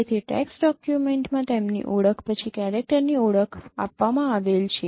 તેથી ટેક્સ્ટ ડોક્યુમેન્ટમાં તેમની ઓળખ પછી કેરેક્ટર ની ઓળખ આપવામાં આવેલ છે